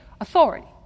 authority